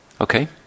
Okay